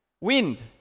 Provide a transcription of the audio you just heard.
Wind